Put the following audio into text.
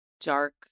dark